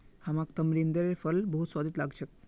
हमाक तमरिंदेर फल बहुत स्वादिष्ट लाग छेक